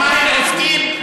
במה אתם עוסקים?